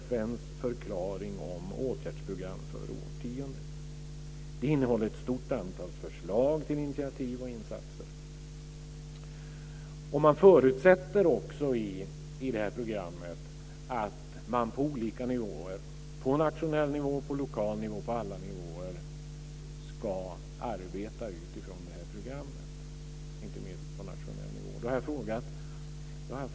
FN:s förklaring om åtgärdsprogram för årtiondet innehåller ett stort antal förslag till initiativ och insatser. I programmet förutsätts också att man på olika nivåer - inte bara på nationell och lokal nivå utan på alla nivåer - ska arbeta utifrån nämnda program. Inte minst gäller det på nationell nivå.